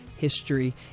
History